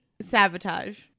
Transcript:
sabotage